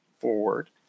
Forward